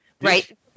right